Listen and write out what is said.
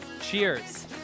cheers